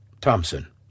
Thompson